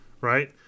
Right